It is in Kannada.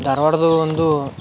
ಧಾರ್ವಾಡದ್ದು ಒಂದು